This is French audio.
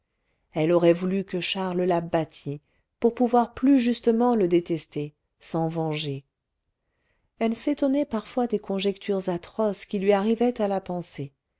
elle aurait voulu que charles la battît pour pouvoir plus justement le détester s'en venger elle s'étonnait parfois des conjectures atroces qui lui arrivaient à la pensée